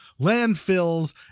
landfills